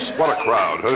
what a crowd, huh?